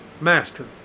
Master